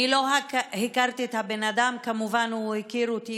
אני לא הכרתי את הבן אדם, כמובן הוא הכיר אותי.